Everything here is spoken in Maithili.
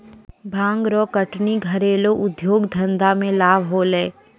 भांग रो कटनी घरेलू उद्यौग धंधा मे लाभ होलै